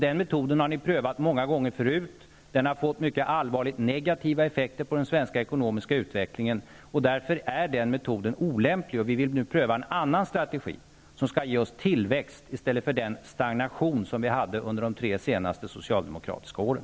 Den metoden har prövats många gånger förr, och den har fått mycket allvarligt negativa effekter på den svenska ekonomiska utvecklingen. Därför är den metoden olämplig. Vi vill nu pröva en annan strategi, som skall ge tillväxt i stället för stagnation, som under de tre senaste socialdemokratiska åren.